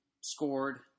scored